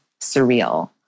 surreal